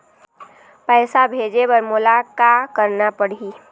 पैसा भेजे बर मोला का करना पड़ही?